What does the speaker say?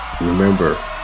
remember